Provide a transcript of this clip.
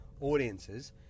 audiences